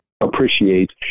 appreciate